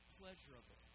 pleasurable